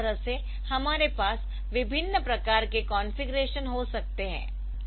तो इस तरह से हमारे पास विभिन्न प्रकार के कॉन्फ़िगरेशन हो सकते है